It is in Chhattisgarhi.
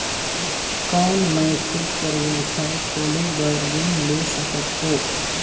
कौन मैं खुद कर व्यवसाय खोले बर ऋण ले सकत हो?